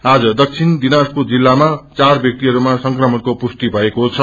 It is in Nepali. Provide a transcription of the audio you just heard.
आज दक्षिण दिनाजपुर जिल्लामाचार वयाक्तिहरूमा संक्रमणको पुष्टि भएको छ